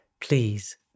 Please